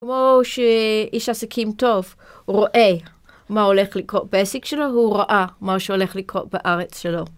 כמו שאיש עסקים טוב רואה מה הולך לקרות בעסק שלו, והוא ראה מה שהולך לקרות בארץ שלו.